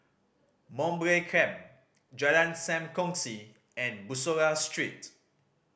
Mowbray Camp Jalan Sam Kongsi and Bussorah Street